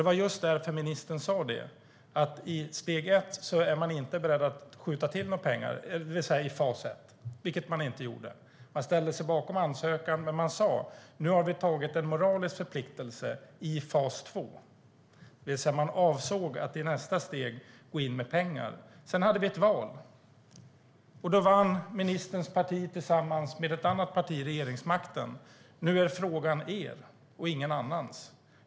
Det var just därför ministern sa att man inte var beredd att skjuta till några pengar i fas ett, vilket man inte heller gjorde. Man ställde sig bakom ansökan och sa att man åtagit sig en moralisk förpliktelse inför fas två. Man avsåg alltså att gå in med pengar i nästa steg. Sedan hade vi ett val, och då vann ministerns parti tillsammans med ett annat parti regeringsmakten. Nu är frågan er och ingen annans.